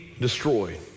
destroyed